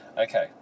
Okay